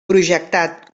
projectat